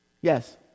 Yes